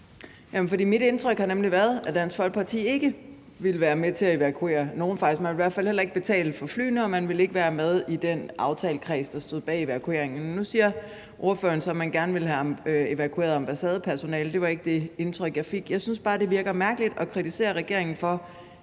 Mit indtryk har nemlig været, at Dansk Folkeparti ikke ville være med til at evakuere nogen. Man ville i hvert fald ikke betale for flyene, og man ville ikke være med i den aftalekreds, der stod bag evakueringen. Men nu siger ordføreren så, at man gerne ville have evakueret ambassadepersonalet – det var ikke det indtryk, jeg fik. Jeg synes bare, det virker mærkeligt at kritisere regeringen for